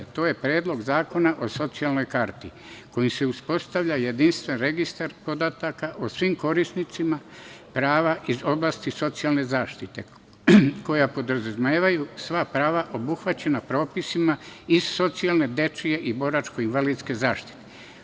To je Predlog zakona o socijalnoj karti kojim se uspostavlja jedinstven registar podataka o svim korisnicima prava iz oblasti socijalne zaštite, koja podrazumevaju sva prava obuhvaćena propisima iz socijalne, dečje i boračko-invalidske zaštite.